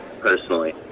personally